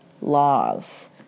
laws